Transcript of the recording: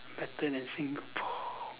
better than Singapore